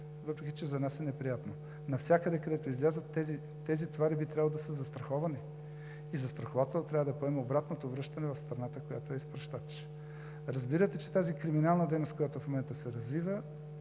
въпреки че за нас е неприятно. Навсякъде, където излязат тези товари, би трябвало да са застраховани и застрахователят трябва да поеме обратното връщане в страната, която е изпращач. Разбирате, че тази криминална дейност, която в момента се развива,